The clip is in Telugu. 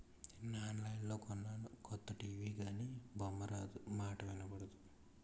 నిన్న ఆన్లైన్లో కొన్నాను కొత్త టీ.వి గానీ బొమ్మారాదు, మాటా ఇనబడదు